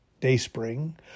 Dayspring